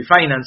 refinance